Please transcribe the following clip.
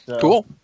Cool